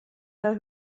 know